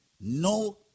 no